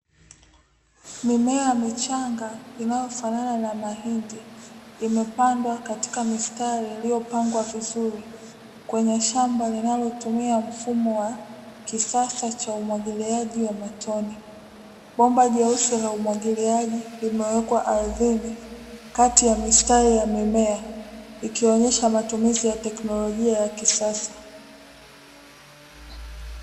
Mimea michanga inayofanana na mahindi, imepandwa katika mistari iliyopangwa vizuri kwenye shamba linalotumia mfumo wa kisasa cha umwagiliaji wa matone. Bomba jeusi la umwagiliaji limewekwa ardhini kati ya mistari ya mimea, ikionyesha matumizi ya teknolojia ya kisasa.